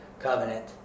covenant